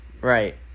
Right